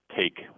take